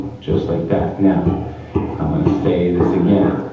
just like that. now i'm gonna say this again.